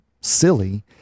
silly